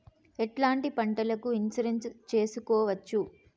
ఎట్లాంటి పంటలకు ఇన్సూరెన్సు చేసుకోవచ్చు?